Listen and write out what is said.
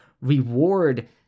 reward